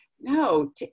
no